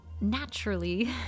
naturally